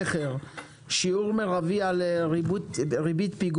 תקנות המכר (דירות) (שיעור מרבי של ריבית פיגורים),